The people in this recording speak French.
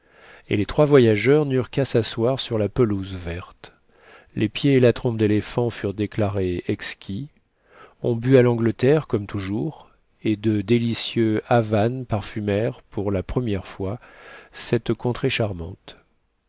et les trois voyageurs n'eurent qu'à s'asseoir sur la pelouse verte les pieds et la trompe d'éléphant furent déclarés exquis on but à l'angleterre comme toujours et de délicieux havanes parfumèrent pour la première fois cette contrée charmante